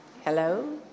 Hello